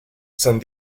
san